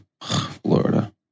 Florida